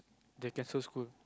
they will cancel school